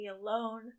alone